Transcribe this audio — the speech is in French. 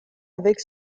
avec